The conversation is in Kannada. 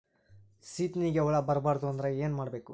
ಸೀತ್ನಿಗೆ ಹುಳ ಬರ್ಬಾರ್ದು ಅಂದ್ರ ಏನ್ ಮಾಡಬೇಕು?